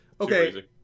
okay